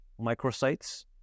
microsites